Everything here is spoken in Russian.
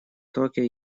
токио